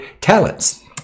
talents